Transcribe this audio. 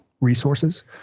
resources